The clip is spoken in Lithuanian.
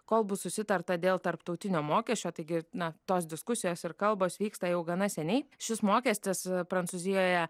kol bus susitarta dėl tarptautinio mokesčio taigi na tos diskusijos ir kalbos vyksta jau gana seniai šis mokestis prancūzijoje